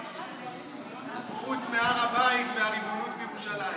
חוץ מהר הבית והריבונות בירושלים.